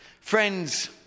Friends